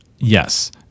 Yes